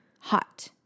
hot